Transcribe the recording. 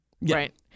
Right